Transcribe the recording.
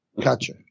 gotcha